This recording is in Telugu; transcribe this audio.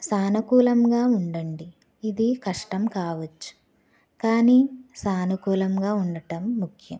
సానుకూలంగా ఉండండి ఇది కష్టం కావచ్చు కానీ సానుకూలంగా ఉండటం ముఖ్యం